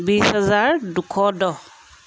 বিছ হাজাৰ দুশ দহ